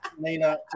Nina